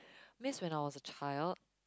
means when I was a child